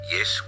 Yes